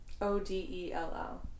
o-d-e-l-l